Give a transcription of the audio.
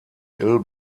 ill